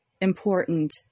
important